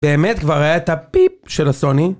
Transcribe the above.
באמת כבר הייתה פיפ של הסוני?